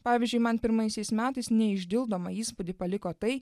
pavyzdžiui man pirmaisiais metais neišdildomą įspūdį paliko tai